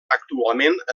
actualment